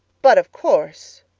but of course.